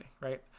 right